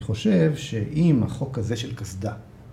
‫את חושב שאם החוק הזה של קסדה...